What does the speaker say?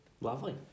Lovely